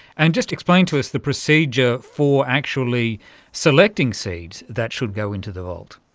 and just explain to us the procedure for actually selecting seeds that should go into the vault.